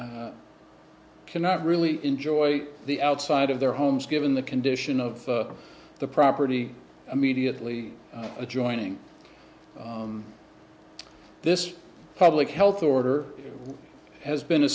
cannot really enjoy the outside of their homes given the condition of the property immediately adjoining this public health order has been